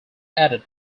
added